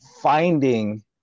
finding